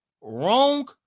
Wrong